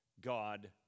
God